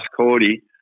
Cody